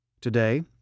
Today